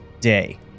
day